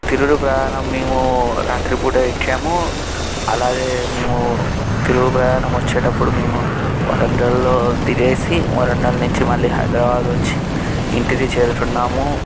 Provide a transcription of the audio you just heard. తిరుగు ప్రయాణం మేము రాత్రిపూట ఎక్కాము అలాగే మేము తిరుగు ప్రయాణం వచ్చేటప్పుడు మేము వరంగల్లో దిగేసి వరంగల్ నుంచి మళ్ళీ హైదరాబాద్ వచ్చి ఇంటికి చేరుకున్నాము